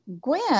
Gwen